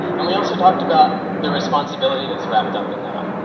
and we also talked about the responsibility that's wrapped up in that.